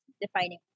defining